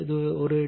இது டி